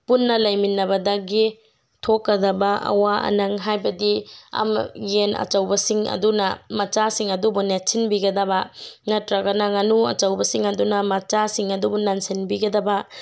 ꯄꯨꯟꯅ ꯂꯩꯃꯤꯟꯅꯕꯗꯒꯤ ꯊꯣꯛꯀꯗꯕ ꯑꯋꯥ ꯑꯅꯪ ꯍꯥꯏꯕꯗꯤ ꯌꯦꯟ ꯑꯆꯧꯕꯁꯤꯡ ꯑꯗꯨꯅ ꯃꯆꯥꯁꯤꯡ ꯑꯗꯨꯕꯨ ꯅꯦꯠꯁꯤꯟꯕꯤꯒꯗꯕ ꯅꯠꯇ꯭ꯔꯒꯅ ꯉꯥꯅꯨ ꯑꯆꯧꯕꯁꯤꯡ ꯑꯗꯨꯅ ꯃꯆꯥꯁꯤꯡ ꯑꯗꯨꯕꯨ ꯅꯟꯁꯤꯟꯕꯤꯒꯗꯕ